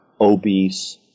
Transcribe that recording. obese